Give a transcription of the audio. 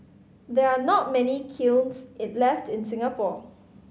there are not many kilns left in Singapore